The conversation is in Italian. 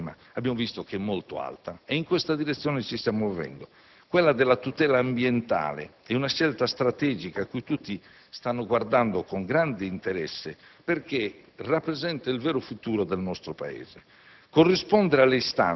approccio al problema è molto alta e in questa direzione ci stiamo muovendo. Quella della tutela ambientale è una scelta strategica, a cui tutti stanno guardando con grande interesse, perché rappresenta il vero futuro del nostro Paese.